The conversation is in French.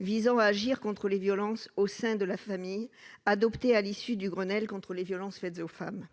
visant à agir contre les violences au sein de la famille, dite loi Pradié, adoptée à l'issue du Grenelle contre les violences faites aux femmes.